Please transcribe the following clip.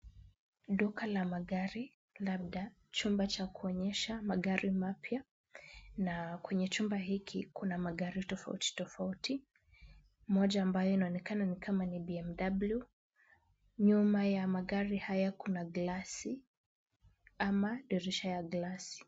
Duka la magari labda chumba cha kuonyesha magari mapya na kwenye chumba hiki kuna magari tofauti tofauti moja ambayo inaonekana ni kama ni BMW. Nyuma ya magari haya kuna glasi ama dirisha ya glasi.